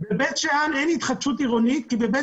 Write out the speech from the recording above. בבית שאן אין התחדשות עירונית כי בבית